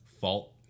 fault